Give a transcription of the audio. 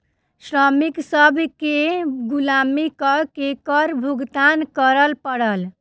श्रमिक सभ केँ गुलामी कअ के कर भुगतान करअ पड़ल